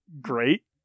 great